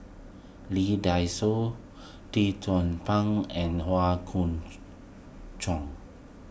Lee Dai Soh Lee Tzu Pheng and Howe Chong